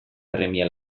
premia